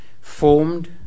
formed